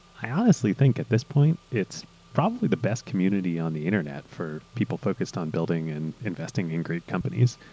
i honestly think at this point, it's probably the best community on the internet for people focused on building and investing in great companies.